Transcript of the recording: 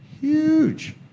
huge